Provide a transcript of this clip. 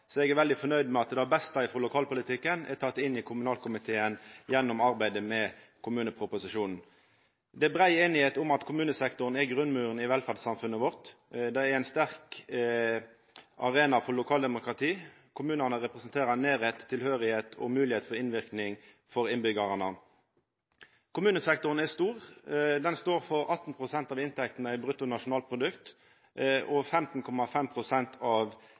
Så eg er veldig fornøgd med at det beste frå lokalpolitikken er teke inn i kommunalkomiteen gjennom arbeidet med kommuneproposisjonen. Det er brei einigheit om at kommunesektoren er grunnmuren i velferdssamfunnet vårt. Han er ein sterk arena for lokaldemokrati. Kommunane representerer nærleik, tilhøyring og moglegheit for innverknad for innbyggjarane. Kommunesektoren er stor. Den står for 18 pst. av inntektene i brutto nasjonalprodukt, og 15,5 pst. av